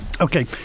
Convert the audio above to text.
okay